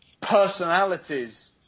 personalities